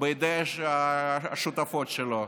בידי השותפות שלו,